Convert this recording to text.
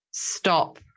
stop